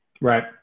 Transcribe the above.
Right